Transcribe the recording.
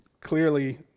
clearly